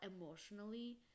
emotionally